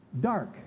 dark